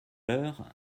l’heure